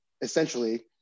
essentially